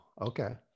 Okay